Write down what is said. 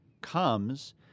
comes